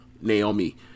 Naomi